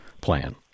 plan